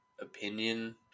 opinion